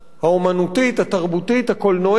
האמנותית, התרבותית, הקולנועית,